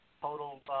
total